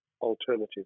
alternative